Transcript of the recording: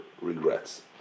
regrets